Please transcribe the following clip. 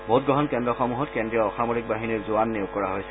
ভোটগ্ৰহণ কেন্দ্ৰসমূহত কেন্দ্ৰীয় অৰ্ধসামৰিক বাহিনীৰ জোৱান নিয়োগ কৰা হৈছে